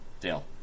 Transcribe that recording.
Dale